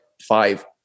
five